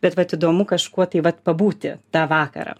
bet vat įdomu kažkuo tai vat pabūti tą vakarą